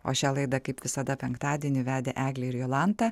o šią laidą kaip visada penktadienį vedė eglė ir jolanta